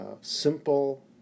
simple